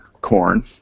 corn